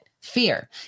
Fear